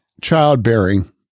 Childbearing